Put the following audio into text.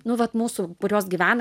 nu vat mūsų kurios gyvena